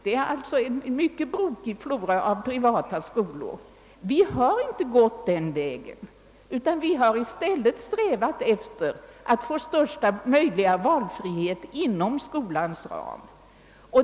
Det är alltså en mycket brokig flora av privata skolor. I Sverige har vi inte gått den vägen, utan vi har i stället strävat efter att få största möjliga valfrihet inom skolans ram.